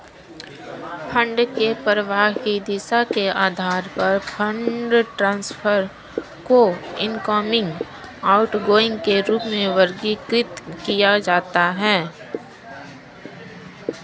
fund के प्रवाह की दिशा के आधार पर फंड ट्रांसफर को इनकमिंग, आउटगोइंग के रूप में वर्गीकृत किया जाता है